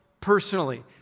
personally